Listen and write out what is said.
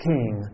King